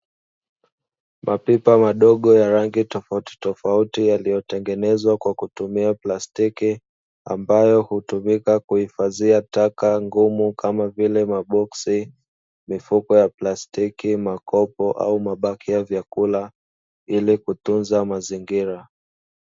Mapipa madogo ya rangi tofauti tofauti yaliyotengenezwa kwa kutumia plastiki ambayo hutumika kuhifadhia taka ngumu kama vile maboksi, mifuko ya plastiki, makopo au mabaki ya vyakula ili kutunza mazingira.